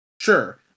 Sure